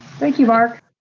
thank you, mark.